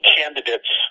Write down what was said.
candidates